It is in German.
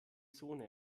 zone